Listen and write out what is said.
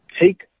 take